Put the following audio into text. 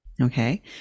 okay